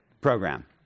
program